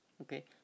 okay